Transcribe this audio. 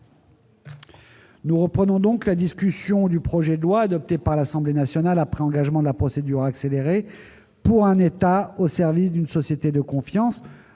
à 16 heures - Suite du projet de loi, adopté par l'Assemblée nationale après engagement de la procédure accélérée, pour un État au service d'une société de confiance